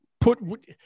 put